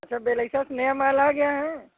अच्छा बेलैका से नया माल आ गया है